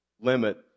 limit